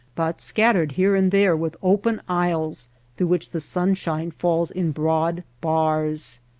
but scattered here and there with open aisles through which the sunshine falls in broad bars.